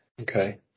Okay